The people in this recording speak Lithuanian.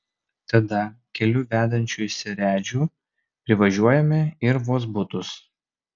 tada keliu vedančiu į seredžių privažiuojame ir vozbutus